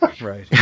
Right